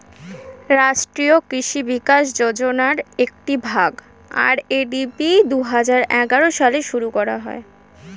রাষ্ট্রীয় কৃষি বিকাশ যোজনার একটি ভাগ, আর.এ.ডি.পি দুহাজার এগারো সালে শুরু করা হয়